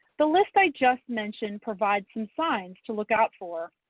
the list i just mentioned provides some signs to look out for.